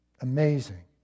Amazing